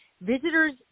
visitors